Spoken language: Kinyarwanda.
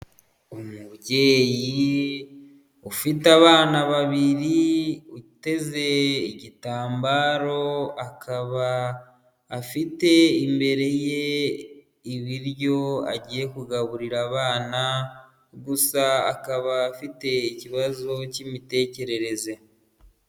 Umubyeyi ufite abana babiri uteze igitambaro akaba afite imbere ye ibiryo agiye kugaburira abana gusa akaba afite ikibazo cy'imitekerereze.